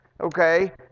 Okay